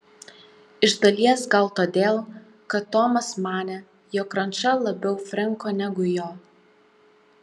iš dalies gal todėl kad tomas manė jog ranča labiau frenko negu jo